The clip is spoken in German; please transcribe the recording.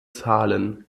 zahlen